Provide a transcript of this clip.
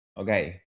okay